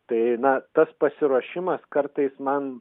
tai na tas pasiruošimas kartais man